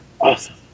Awesome